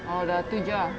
oh dah tu jer ah